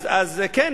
אז כן,